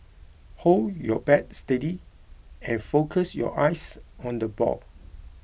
hold your bat steady and focus your eyes on the ball